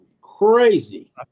Crazy